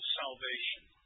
salvation